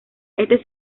este